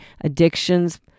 addictions